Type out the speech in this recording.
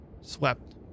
swept